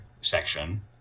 section